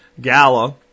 Gala